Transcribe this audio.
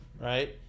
right